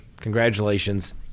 congratulations